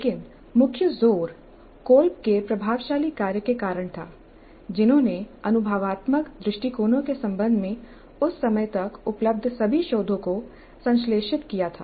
लेकिन मुख्य जोर कोल्ब के प्रभावशाली कार्य के कारण था जिन्होंने अनुभवात्मक दृष्टिकोणों के संबंध में उस समय तक उपलब्ध सभी शोधों को संश्लेषित किया था